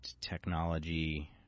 technology